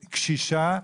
'קשישא'